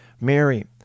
Mary